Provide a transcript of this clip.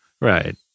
right